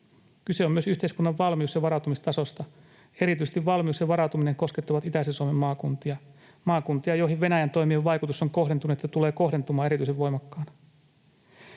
Kyse on myös yhteiskunnan valmius- ja varautumistasosta. Erityisesti valmius ja varautuminen koskettavat itäisen Suomen maakuntia, maakuntia, joihin Venäjän toimien vaikutus on kohdentunut ja tulee kohdentumaan erityisen voimakkaana.